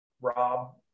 Rob